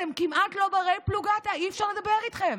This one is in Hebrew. אתם כמעט לא בני-פלוגתא, אי-אפשר לדבר איתכם,